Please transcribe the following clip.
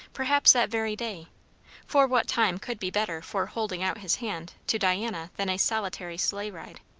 perhaps that very day for what time could be better for holding out his hand to diana than a solitary sleigh ride?